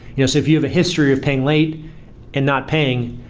you know so if you have a history of paying late and not paying,